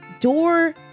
door